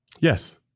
Yes